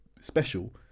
special